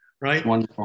right